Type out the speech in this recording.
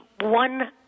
one